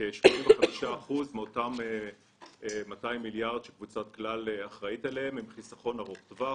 כ-35% מאותם 200 המיליארד שקבוצת כלל אחראית עליהם הם חיסכון ארוך טווח